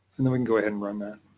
and then go ahead and run that.